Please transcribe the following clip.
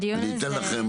אני אתן לכם.